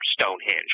Stonehenge